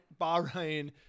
Bahrain